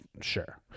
sure